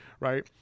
right